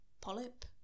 polyp